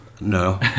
No